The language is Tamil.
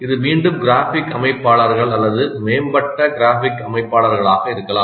இது மீண்டும் கிராஃபிக் அமைப்பாளர்கள் அல்லது மேம்பட்ட கிராஃபிக் அமைப்பாளர்களாக இருக்கலாம்